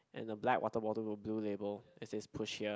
and a black water bottle with a blue label it says push here